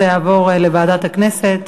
ועדת המדע, זה יעבור לוועדת הכנסת.